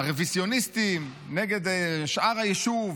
הרוויזיוניסטים נגד שאר היישוב,